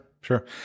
Sure